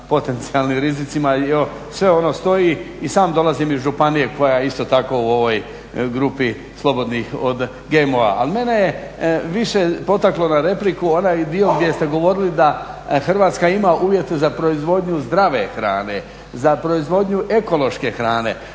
potencijalnim rizicima, sve ono stoji. I sam dolazim iz županije koja je isto tako u ovoj grupi slobodnih od GMO-a. Ali mene je više potaklo na repliku onaj dio gdje ste govorili da Hrvatska ima uvjete za proizvodnju zdrave hrane, za proizvodnju ekološke hrane,